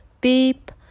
beep